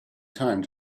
time